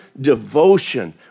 devotion